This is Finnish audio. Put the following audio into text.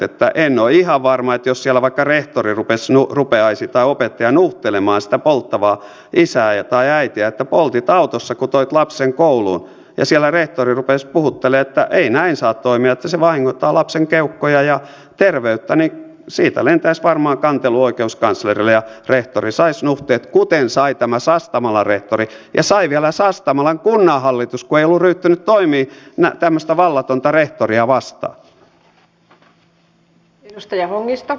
että en ole ihan varma jos siellä vaikka rehtori tai opettaja rupeaisi nuhtelemaan sitä polttavaa isää tai äitiä että poltit autossa kun toit lapsen kouluun ja siellä rehtori rupeaisi puhuttelemaan että ei näin saa toimia se vahingoittaa lapsen keuhkoja ja terveyttä siitä lentäisi varmaan kantelu oikeuskanslerille ja rehtori saisi nuhteet kuten sai tämä sastamalan rehtori ja sai vielä sastamalan kunnanhallitus kun ei ollut ryhtynyt toimiin tämmöistä vallatonta rehtoria vastaan